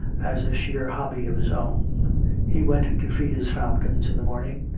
as a sheer hobby of his own he went to feed his falcons in the morning,